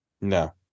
No